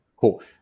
cool